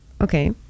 Okay